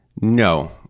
No